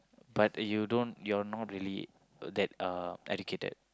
but you don't you are not really uh that uh educated